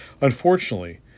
Unfortunately